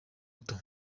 ruto